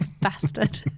Bastard